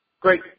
Great